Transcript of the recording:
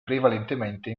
prevalentemente